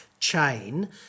chain